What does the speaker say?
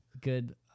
good